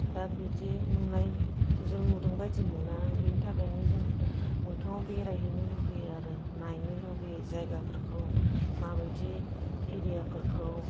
दा बिदि नुनायजों नुदों बादि मोना बेनि थाखायनो जों मोगथाङाव बेरायहैनो लुबैयो आरो नायनो लुबैयो जायगाफोरखौ माबादि एरियाफोरखौ